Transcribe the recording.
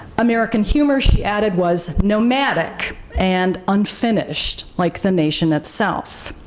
american humor, she added, was nomadic and unfinished, like the nation itself.